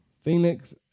Phoenix